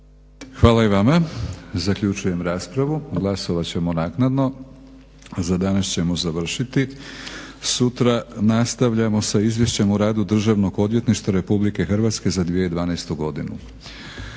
Hvala i vama. Zaključujem raspravu. Glasovat ćemo naknadno. Za danas ćemo završiti. Sutra nastavljamo sa Izvješćem o radu Državnog odvjetništva RH za 2012.godinu.